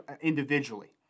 individually